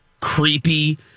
creepy